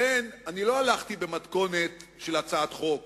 לכן, לא הלכתי במתכונת של הצעת חוק,